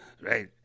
Right